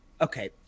Okay